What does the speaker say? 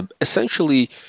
essentially